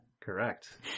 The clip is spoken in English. Correct